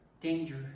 danger